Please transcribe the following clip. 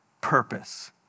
purpose